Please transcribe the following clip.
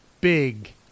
big